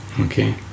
Okay